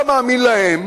אם אתה מאמין להם,